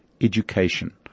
Education